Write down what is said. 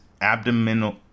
abdominal